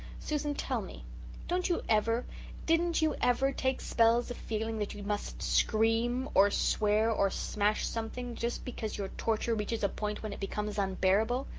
susan, tell me don't you ever didn't you ever take spells of feeling that you must scream or swear or smash something just because your torture reaches a point when it becomes unbearable?